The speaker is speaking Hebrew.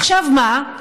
עכשיו מה?